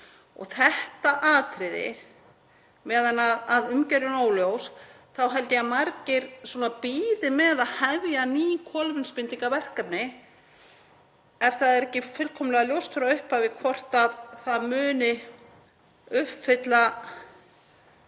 þetta atriði, á meðan umgjörðin er óljós, þá held ég að margir bíði með að hefja ný kolefnisbindingarverkefni ef það er ekki fullkomlega ljóst frá upphafi hvort það muni uppfylla